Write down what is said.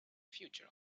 future